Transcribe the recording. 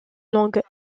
langue